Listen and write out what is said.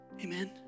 Amen